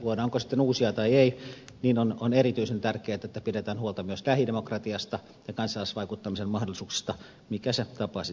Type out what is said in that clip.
luodaanko sitten uusia tai ei on erityisen tärkeää että pidetään huolta myös lähidemokratiasta ja kansalaisvaikuttamisen mahdollisuuksista mikä se tapa sitten onkaan